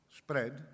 spread